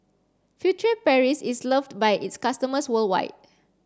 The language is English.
Furtere Paris is loved by its customers worldwide